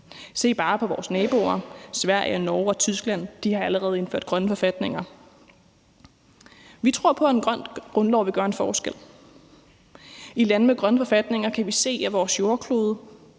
Se bare på vores naboer Sverige, Norge og Tyskland. De har allerede indført grønne forfatninger. Vi tror på, at en grøn grundlov vil gøre en forskel. I lande med grønne forfatninger kan vi se, at vores jordklode